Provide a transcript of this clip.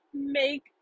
make